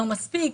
לא מספיק,